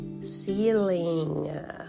ceiling